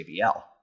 JBL